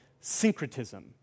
syncretism